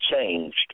changed